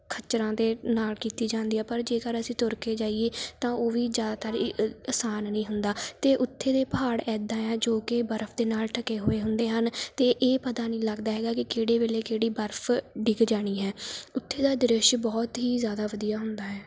ਖੱਚਰਾਂ ਦੇ ਨਾਲ ਕੀਤੀ ਜਾਂਦੀ ਆ ਪਰ ਜੇਕਰ ਅਸੀਂ ਤੁਰ ਕੇ ਜਾਈਏ ਤਾਂ ਉਹ ਵੀ ਜ਼ਿਆਦਾਤਰ ਹੀ ਆਸਾਨ ਨਹੀਂ ਹੁੰਦਾ ਅਤੇ ਉੱਥੇ ਦੇ ਪਹਾੜ ਇੱਦਾਂ ਹੈ ਜੋ ਕਿ ਬਰਫ ਦੇ ਨਾਲ ਢਕੇ ਹੋਏ ਹੁੰਦੇ ਹਨ ਅਤੇ ਇਹ ਪਤਾ ਨਹੀਂ ਲੱਗਦਾ ਹੈਗਾ ਕਿ ਕਿਹੜੇ ਵੇਲੇ ਕਿਹੜੀ ਬਰਫ ਡਿੱਗ ਜਾਣੀ ਹੈ ਉੱਥੇ ਦਾ ਦ੍ਰਿਸ਼ ਬਹੁਤ ਹੀ ਜ਼ਿਆਦਾ ਵਧੀਆ ਹੁੰਦਾ ਹੈ